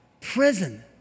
Prison